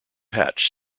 hatch